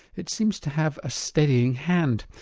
it seems to have a steadying hand.